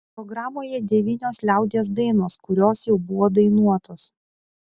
programoje devynios liaudies dainos kurios jau buvo dainuotos